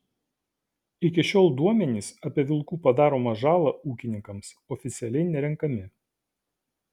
iki šiol duomenys apie vilkų padaromą žalą ūkininkams oficialiai nerenkami